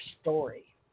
story